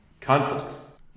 Conflicts